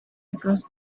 across